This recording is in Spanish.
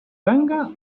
tanga